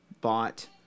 bought